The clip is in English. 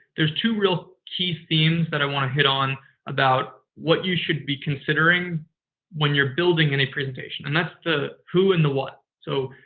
there's two real key themes that i want to hit on about what you should be considering when you're building in a presentation, and that's the who and the what. so,